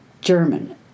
German